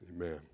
amen